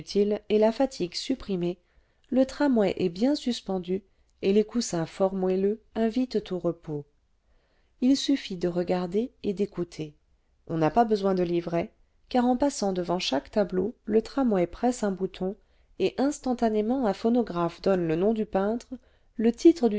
et la fatigue supprimée le tramway est bien suspendu et les coussins fort moelleux invitent au repos h suffit de regarder et d'écouter on n'a pas besoin de livret car en passant devant chaque tableau le tramway presse un bouton et instantanément un phonographe donne le nom du peintre le titre